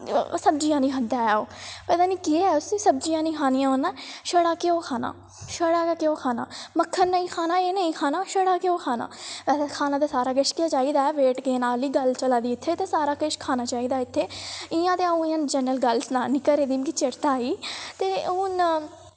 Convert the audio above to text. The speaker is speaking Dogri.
सब्ज़ियां निं खंदा ऐ ओह् पता निं केह् ऐ उसी सब्ज़ियां निं खानियां उन्नै छड़ा घ्यो खाना छड़ा गै घ्यो खाना मक्खन नेईं खाना एह् नेईं खाना छड़ा घ्यो खाना खाना ते इयां खाना ते सारा किश गै चाहिदा वेट गेन आह्ली गल्ल चला दी इत्थें ते सारा किश खाना चाहिदा इत्थें इ'यां ते अ'ऊं इ'यां जनरल गल्ल सनानी घरै दी जागत आह्ली ते हून